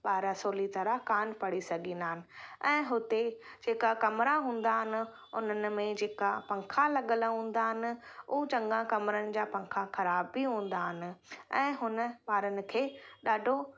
ॿार सवली तरह कान पढ़ी सघंदा आहिनि ऐं हुते जेका कमरा हूंदा आहिनि उन्हनि में जेका पंखा लॻलि हूंदा आहिनि उहे चङा कमरनि जा पंखा ख़राबु बि हूंदा आहिनि ऐं हुननि ॿारनि खे ॾाढो